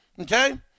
Okay